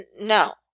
No